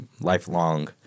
lifelong